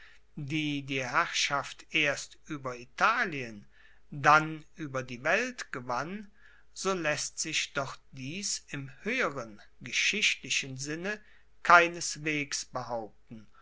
die herrschaft erst ueber italien dann ueber die welt gewann so laesst sich doch dies im hoeheren geschichtlichen sinne keineswegs behaupten